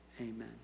Amen